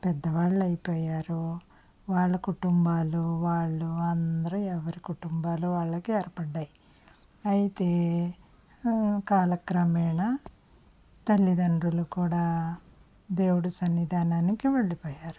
పెద్దవాళ్లు అయిపోయారు వాళ్ళ కుటుంబాలు వాళ్ళు అందరూ ఎవరి కుటుంబాల్లో వాళ్ళకి ఏర్పడ్డాయి అయితే కాలక్రమేణ తల్లిదండ్రులు కూడా దేవుడు సన్నిదానానికి వెళ్లిపోయారు